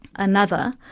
another.